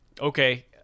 Okay